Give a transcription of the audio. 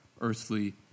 earthly